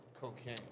Cocaine